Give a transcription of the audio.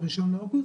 ב-1 באוגוסט,